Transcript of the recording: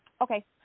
Okay